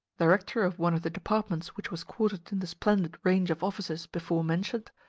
director of one of the departments which was quartered in the splendid range of offices before mentioned,